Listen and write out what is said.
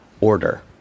order